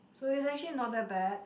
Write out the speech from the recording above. so it's actually not that bad